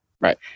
Right